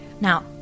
Now